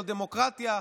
לא דמוקרטיה,